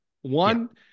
One